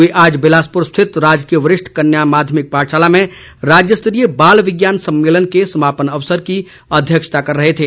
वे आज बिलासपुर स्थित राजकीय वरिष्ठ कन्या माध्यमिक पाठशाला में राज्य स्तरीय बाल विज्ञान सम्मेलन के समापन समारोह की अध्यक्षता कर रहे थे